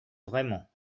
vraiment